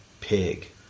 pig